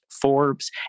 Forbes